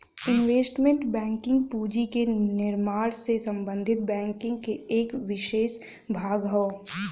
investment banking पूंजी के निर्माण से संबंधित बैंकिंग क एक विसेष भाग हौ